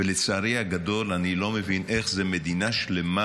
ולצערי הגדול, אני לא מבין איך זה מדינה שלמה